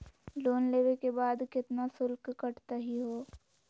Loan लेवे के बाद केतना शुल्क कटतही हो?